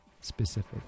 specific